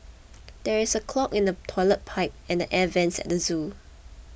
there is a clog in the Toilet Pipe and the Air Vents at the zoo